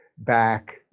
back